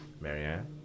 Marianne